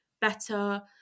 better